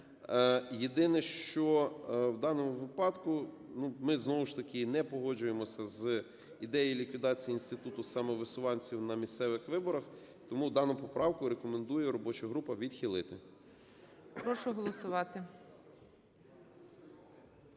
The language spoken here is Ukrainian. Єдине, що в даному випадку ми, знову ж таки, не погоджуємося з ідеєю ліквідації інституту самовисуванців на місцевих виборах. Тому дану поправку рекомендує робоча група відхилити.